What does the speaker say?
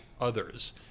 others